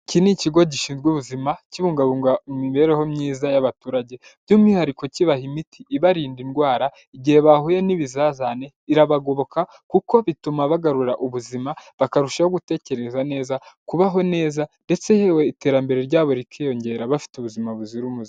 Iki ni ikigo gishinzwe ubuzima kibungabunga imibereho myiza y'abaturage by'umwihariko kibaha imiti ibarinda indwara, igihe bahuye n'ibizazane irabagoboka kuko bituma bagarura ubuzima bakarushaho gutekereza neza, kubaho neza, ndetse yewe iterambere ryabo rikiyongera bafite ubuzima buzira umuze.